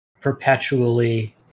perpetually